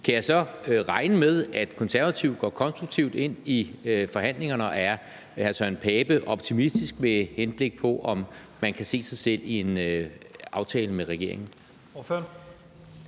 Kan jeg så regne med, at Konservative går konstruktivt ind i forhandlingerne, og er hr. Søren Pape Poulsen optimistisk, med henblik på om man kan se sig selv i en aftale med regeringen?